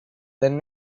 than